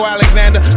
Alexander